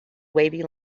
wavy